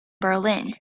berlin